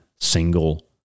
single